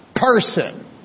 person